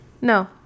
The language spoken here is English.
No